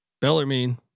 Bellarmine